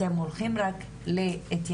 אתם הולכים רק להתייחס,